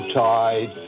tide